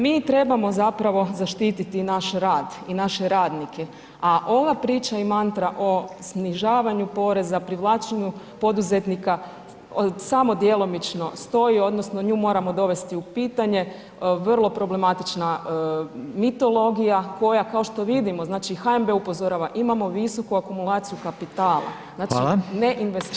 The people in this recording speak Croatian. Mi trebamo zapravo zaštiti naš rad i naše radnike, a ova priča i mantra o snižavanju poreza, privlačenju poduzetnika samo djelomično stoji odnosno nju moramo dovesti u pitanje, vro problematična mitologija koja kao što vidimo, znači HNB upozorava imamo visoku akumulaciju kapitala [[Upadica: Hvala.]] znači ne investira se.